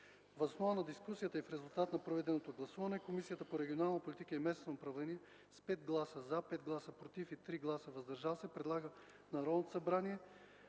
Въз основа на дискусията и в резултат на проведеното гласуване, Комисията по регионална политика и местно самоуправление с 5 гласа - “за”, 5 гласа - “против” и 3 гласа – “въздържали се”, предлага на Народното събрание